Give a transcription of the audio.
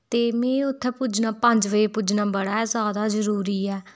ते में उत्थै पुज्जना पंज बजे पुज्जना बड़ा ज्यादा जरूरी ऐ